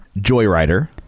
Joyrider